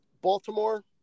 Baltimore